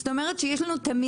זאת אומרת, שיש לנו תמהיל,